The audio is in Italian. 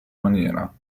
maniera